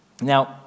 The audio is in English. Now